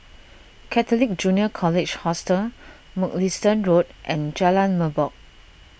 Catholic Junior College Hostel Mugliston Road and Jalan Merbok